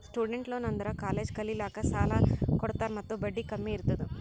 student loan ಅಂದುರ್ college ಕಲಿಲ್ಲಾಕ್ಕ್ ಸಾಲ ಕೊಡ್ತಾರ ಮತ್ತ ಬಡ್ಡಿ ಕಮ್ ಇರ್ತುದ್